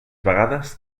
vegades